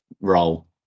role